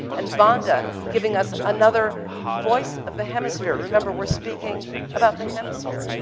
and vonda, giving us another voice of the hemisphere. remember, we're speaking about the hemisphere.